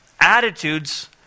attitudes